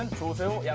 and told them yeah